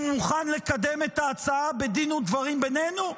מוכן לקדם את ההצעה בדין ודברים בינינו?